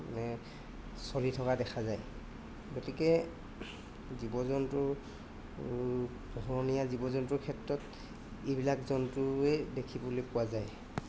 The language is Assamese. চলি থকা দেখা যায় গতিকে জীৱ জন্তুৰ পোহনীয়া জীৱ জন্তুৰ ক্ষেত্ৰত এইবিলাক জন্তুৱেই দেখিবলৈ পোৱা যায়